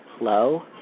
low